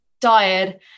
diet